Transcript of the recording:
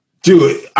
Dude